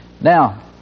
Now